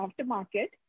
aftermarket